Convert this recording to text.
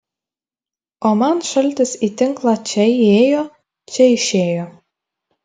o man šaltis į tinklą čia įėjo čia išėjo